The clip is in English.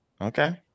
Okay